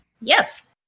Yes